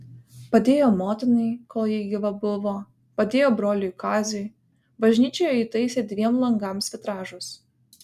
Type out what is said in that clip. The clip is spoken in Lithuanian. padėjo motinai kol ji gyva buvo padėjo broliui kaziui bažnyčioje įtaisė dviem langams vitražus